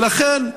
ולכן,